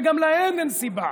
וגם להן אין סיבה.